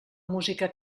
música